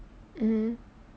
mmhmm